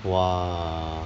!wah!